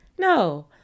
No